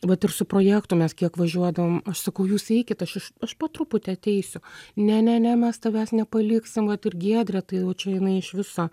vat ir su projektu mes kiek važiuodavom aš sakau jūs eikit aš iš aš po truputį ateisiu ne ne ne mes tavęs nepaliksim vat ir giedrė tai jau čia jinai iš viso